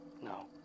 No